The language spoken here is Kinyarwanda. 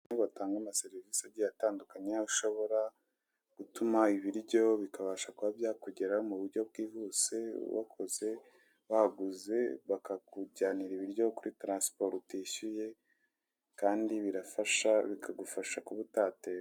Aho batanga amaserivise agiye atandukanye, aho ushobora gutuma ibiryo bikabasha kuba byakugeraho mu buryo bwihuse, wakoze waguze bakakujyanira ibiryo kuri taransiporo utishyuye, kandi birafasha bikagufasha kuba utateka.